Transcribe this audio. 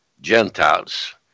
Gentiles